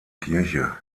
kirche